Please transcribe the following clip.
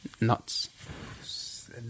Nuts